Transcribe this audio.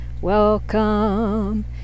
Welcome